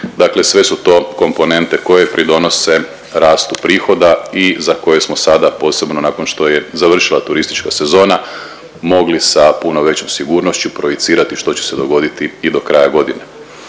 dakle sve su to komponente koje pridonose rastu prihoda i za koje smo sada posebno nakon što je završila turistička sezona mogli sa puno većom sigurnošću projicirati što će se dogoditi i do kraja godine.